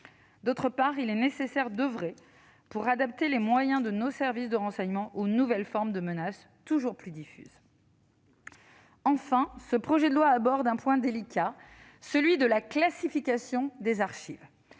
d'autre part, d'oeuvrer pour adapter les moyens de nos services de renseignement aux nouvelles formes de menaces toujours plus diffuses. Enfin, ce projet de loi aborde un point délicat : la classification des archives.